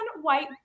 white